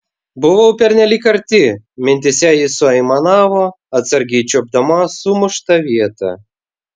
buvau pernelyg arti mintyse ji suaimanavo atsargiai čiuopdama sumuštą vietą